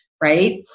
right